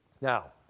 Now